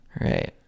Right